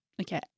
okay